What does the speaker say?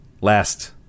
last